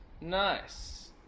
Nice